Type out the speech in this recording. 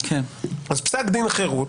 אז פסק דין חירות